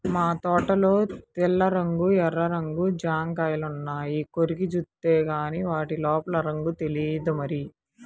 మా తోటలో తెల్ల రంగు, ఎర్ర రంగు జాంకాయలున్నాయి, కొరికి జూత్తేగానీ వాటి లోపల రంగు తెలియదు మరి